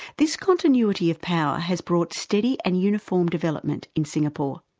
this continuity of power has brought steady and uniform development in singapore,